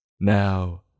Now